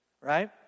right